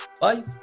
Bye